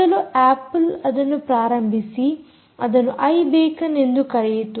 ಮೊದಲು ಆಪಲ್ ಅದನ್ನು ಪ್ರಾರಂಭಿಸಿ ಅದನ್ನು ಐ ಬೇಕನ್ ಎಂದು ಕರೆಯಿತು